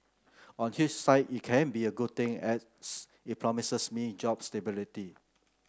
on it can be a good thing as it promises me job stability